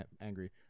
angry